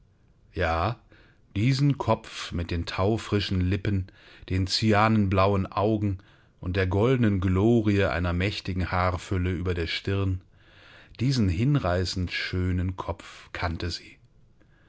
ja diesen kopf mit den taufrischen lippen den cyanenblauen augen und der goldenen glorie einer mächtigen haarfülle über der stirn diesen hinreißend schönen kopf kannte sie